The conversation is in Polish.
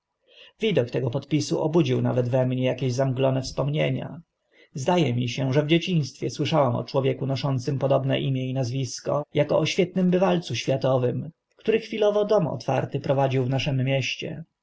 widok tego podpisu obudził nawet we mnie akieś zamglone wspomnienia zda e mi się że w dzieciństwie słyszałam o człowieku noszącym podobne imię i nazwisko ako o świetnym bywalcu światowym który chwilowo dom otwarty prowadził w naszym mieście